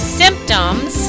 symptoms